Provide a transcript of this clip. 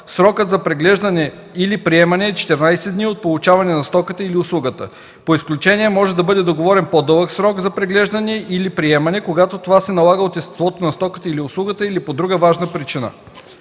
Срокът за преглеждане или приемане е 14 дни от получаване на стоката или услугата. По изключение може да бъде договорен по-дълъг срок за преглеждане или приемане, когато това се налага от естеството на стоката или услугата или по друга важна причина.